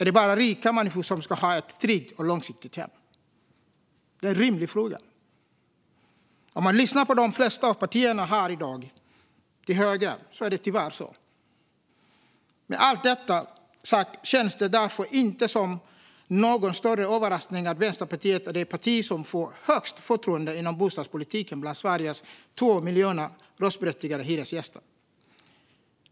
Är det bara rika människor som ska ha ett tryggt och långsiktigt hem? Det är en rimlig fråga. Om man lyssnar på de flesta av partierna från högern här i dag får man intrycket att det tyvärr är så. Med allt detta sagt känns det därför inte som någon större överraskning att Vänsterpartiet är det parti som får högst förtroende inom bostadspolitiken bland Sveriges 2 miljoner röstberättigade hyresgäster.